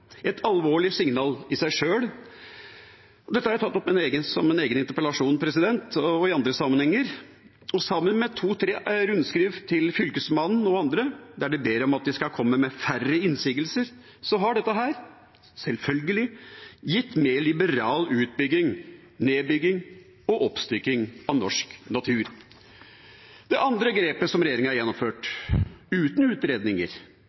et alvorlig signal i seg sjøl. Dette har jeg tatt opp som en egen interpellasjon og i andre sammenhenger. Sammen med to–tre rundskriv til Fylkesmannen og andre der de ber om at de skal komme med færre innsigelser, har dette selvfølgelig gitt mer liberal utbygging, nedbygging og oppstykking av norsk natur. Det andre grepet som regjeringa gjennomførte – uten utredninger,